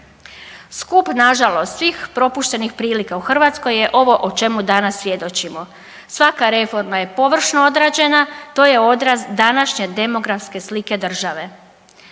Skup na žalost svih propuštenih prilika u Hrvatskoj je ovo o čemu danas svjedočimo. Svaka reforma je površno odrađena. To je odraz današnje demografske slike države.